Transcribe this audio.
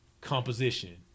composition